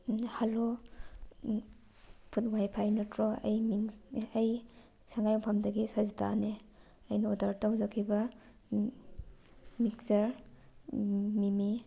hello ꯐꯣꯗ ꯋꯥꯏ ꯐꯥꯏ ꯅꯠꯇ꯭ꯔꯣ ꯑꯩ ꯃꯤꯡ ꯑꯩ ꯁꯉꯥꯏ ꯌꯨꯝꯐꯝꯗꯒꯤ ꯁꯖꯤꯗꯥꯅꯦ ꯑꯩꯅ ꯑꯣꯗꯔ ꯇꯧꯖꯈꯤꯕ ꯃꯤꯛꯆꯔ ꯃꯤꯃꯤ